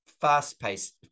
fast-paced